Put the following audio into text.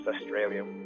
Australia